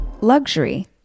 Luxury